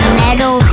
metal